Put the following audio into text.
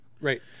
Right